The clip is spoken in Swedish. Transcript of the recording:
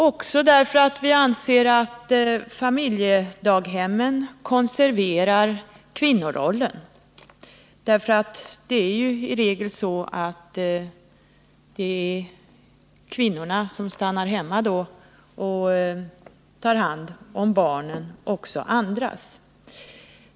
Vi anser dessutom att familjedaghemmen konserverar kvinnorollen. Det är ju i regel kvinnorna som stannar hemma och tar hand om barnen, också andras barn.